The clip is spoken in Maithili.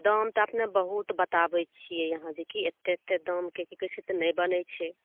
दाम तऽ अपने बहुत बताबै छियै जेकि यहाँ जेकि एतेक एतेक दामके की कहै छै तऽ नहि बनै छै